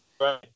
Right